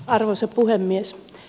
arvoisa puhemies